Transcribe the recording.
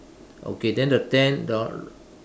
okay then the tent the l~